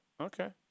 okay